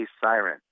siren